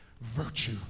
virtue